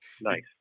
nice